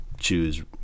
Choose